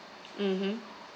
mmhmm